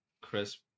crisp